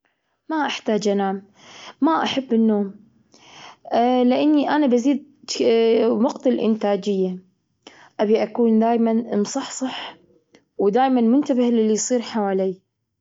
ما أحتاج أنام. ما أحب النوم، لأنني بزيد وقت الإنتاجية. أبي أكون دايما مصحصح ودايما منتبه للي يصير حولي.